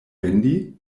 vendi